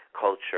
culture